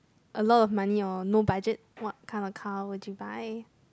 a lot of money or no budget what kind of car would you buy